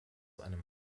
einem